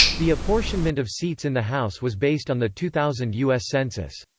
the apportionment of seats in the house was based on the two thousand u s. census.